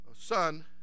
son